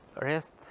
rest